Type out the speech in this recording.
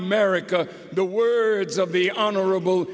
america the words of the honorable